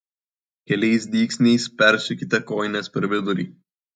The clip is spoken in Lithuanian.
keliais dygsniais persiūkite kojines per vidurį